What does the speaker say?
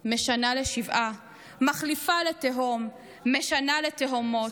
/ משנה ל'שבעה' / מחליפה ל'תהום' / משנה: 'תהומות'